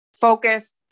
focus